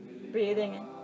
Breathing